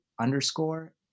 underscore